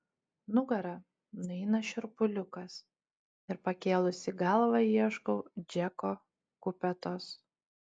nugara nueina šiurpuliukas ir pakėlusi galvą ieškau džeko kupetos